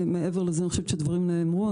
מעבר לזה אני חושבת שדברים נאמרו,